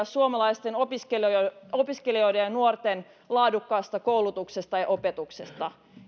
suomalaisten opiskelijoiden opiskelijoiden ja nuorten laadukkaasta koulutuksesta ja opetuksesta huolehtimiseksi